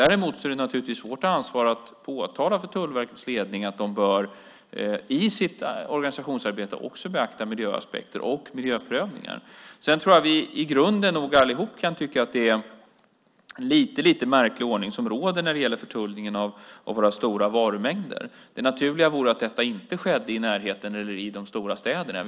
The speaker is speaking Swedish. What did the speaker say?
Däremot är det naturligtvis vårt ansvar att påtala för Tullverkets ledning att de i sitt organisationsarbete också bör beakta miljöaspekter och miljöprövningar. Jag tror att vi alla i grunden kan tycka att det är en lite märklig ordning som gäller vid förtullningen av våra stora varumängder. Det naturliga vore att detta inte skedde i närheten av eller i de stora städerna.